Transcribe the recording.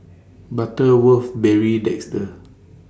Butterworth Barry Desker